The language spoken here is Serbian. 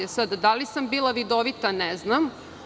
Sada, da li sam bila vidovita, ne znam.